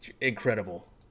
incredible